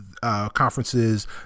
conferences